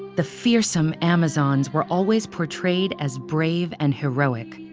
the fearsome amazons were always portrayed as brave and heroic.